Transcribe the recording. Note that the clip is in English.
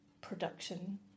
production